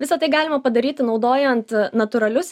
visa tai galima padaryti naudojant natūralius